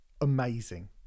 amazing